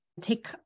take